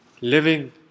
living